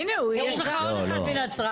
הינה הוא, יש לך עוד אחד מנצרת.